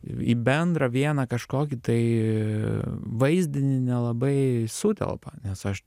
į bendrą vieną kažkokį tai vaizdinį nelabai sutelpa nes aš